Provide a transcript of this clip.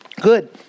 Good